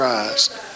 eyes